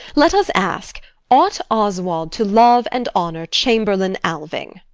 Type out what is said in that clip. let us ask ought oswald to love and honour chamberlain alving?